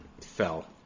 fell